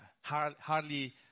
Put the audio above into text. hardly